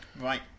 right